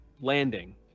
landing